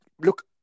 Look